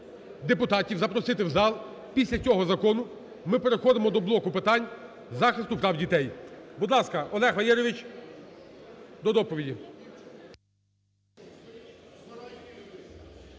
депутатів запросити в зал, після цього закону ми переходимо до блоку питань захисту права дітей. Будь ласка, Олег Валерійович до доповіді.